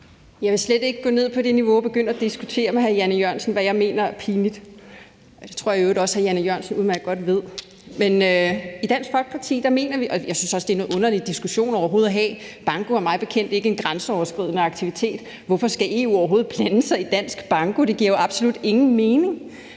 Jeg vil slet ikke gå ned på det niveau og begynde at diskutere med hr. Jan E. Jørgensen, hvad jeg mener er pinligt, og det tror jeg i øvrigt også hr. Jan E. Jørgensen udmærket godt ved. Jeg synes også, det er en underlig diskussion overhovedet at have. Banko er mig bekendt ikke en grænseoverskridende aktivitet. Hvorfor skal EU overhovedet blande sig i dansk banko? Det giver jo absolut ingen mening.